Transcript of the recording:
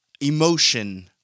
emotion